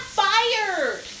fired